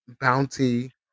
bounty